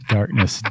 Darkness